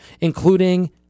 including